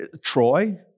Troy